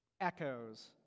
echoes